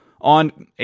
on